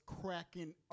cracking